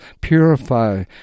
Purify